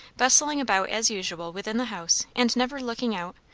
bustling about as usual within the house and never looking out,